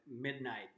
midnight